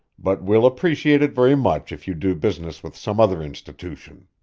but we'll appreciate it very much if you do business with some other institution.